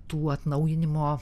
tų atnaujinimo